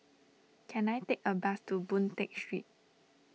can I take a bus to Boon Tat Street